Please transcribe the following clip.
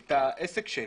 את העסק שלי,